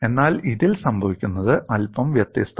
എന്നാൽ ഇതിൽ സംഭവിക്കുന്നത് അല്പം വ്യത്യസ്തമാണ്